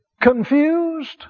confused